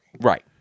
Right